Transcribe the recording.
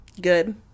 good